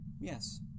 Yes